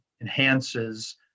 enhances